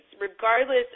regardless